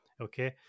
Okay